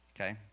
Okay